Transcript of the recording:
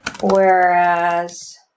whereas